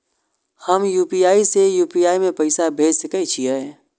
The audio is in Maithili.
हम यू.पी.आई से यू.पी.आई में पैसा भेज सके छिये?